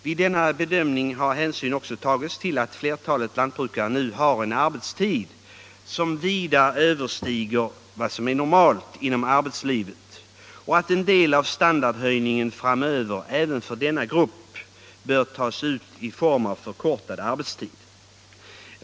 Vid denna bedömning har hänsyn också tagits till att flertalet lantbrukare nu har en arbetstid som vida överstiger vad som är normalt inom arbetslivet och att en del av standardhöjningen framöver även för denna grupp bör tas ut i form av förkortad arbetstid.